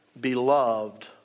beloved